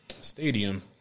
stadium